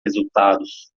resultados